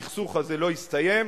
הסכסוך הזה לא יסתיים,